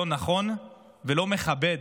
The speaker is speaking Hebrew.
לא נכון ולא מכבד